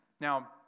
Now